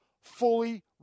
fully